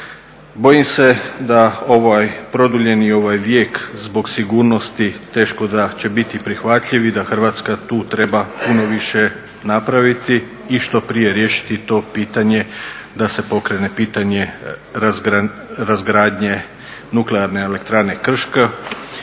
Bojim se da ovaj produljeni ovaj vijek zbog sigurnosti teško da će biti prihvatljiv i da Hrvatska tu treba puno više napraviti i što prije riješiti to pitanje, da se pokrene pitanje razgradnje nuklearne elektrane Krško